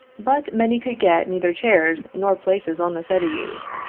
but many could get neither chairs nor places on the settees,